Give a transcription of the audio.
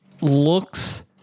looks